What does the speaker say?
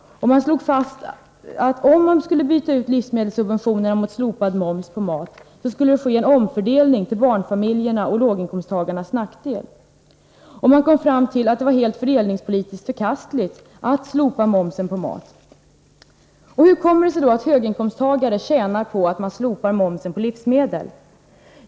Man slog fast att om man skulle byta ut livsmedelssubventionerna mot slopad moms på mat skulle det ske en omfördelning till barnfamiljernas och låginkomsttagarnas nackdel. Man kom fram till att det var fördelningspolitiskt helt förkastligt att slopa momsen på mat. Hur kommer det sig då att höginkomsttagare tjänar på att man slopar momsen på livsmedel?